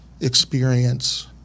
experience